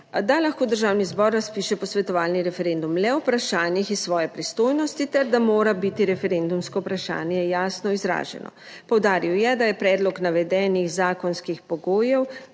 da lahko Državni zbor razpiše posvetovalni referendum le o vprašanjih iz svoje pristojnosti ter da mora biti referendumsko vprašanje jasno izraženo. Poudaril je, da je predlog navedenih zakonskih pogojev,